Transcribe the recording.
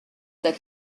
that